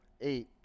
eight